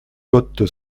côte